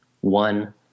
one